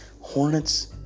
Hornets